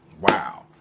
Wow